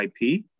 IP